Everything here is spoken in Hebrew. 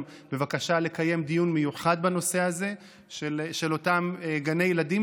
בבקשה לקיים דיון מיוחד בנושא הזה של אותם גני ילדים,